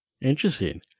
Interesting